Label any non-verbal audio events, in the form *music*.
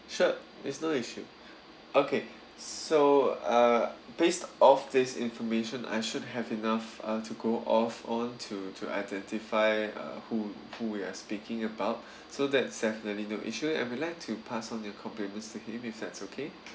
sure there's no issue okay so uh based of this information I should have enough uh to go off on to to identify uh who who you are speaking about *breath* so that's definitely no issue and I would like to pass on your compliment to him is that okay